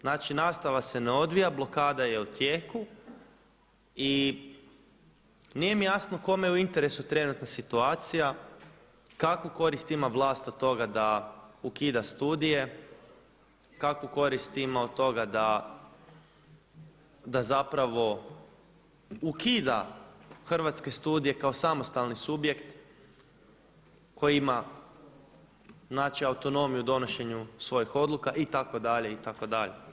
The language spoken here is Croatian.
Znači nastava se ne odvija, blokada je u tijeku i nije mi jasno kome je u interesu trenutna situacija, kakvu korist ima vlast od toga da ukida studije, kakvu korist ima od toga da zapravo ukida Hrvatske studije kao samostalni subjekt koji ima znači autonomiju u donošenju svojih odluka itd. itd.